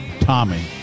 Tommy